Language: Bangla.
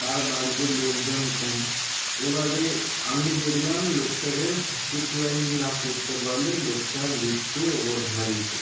তাঁর বাড়িতে লোকজন কম এবারে আমি দেখলাম লোকটাকে হসপিটালাইজ না করতে পারলে লোকটার মৃত্যু অবধারিত